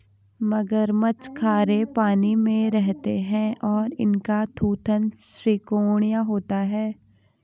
मगरमच्छ खारे पानी में रहते हैं और इनका थूथन त्रिकोणीय होता है